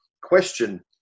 question